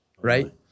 right